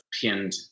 pinned